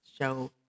show